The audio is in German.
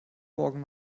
morgen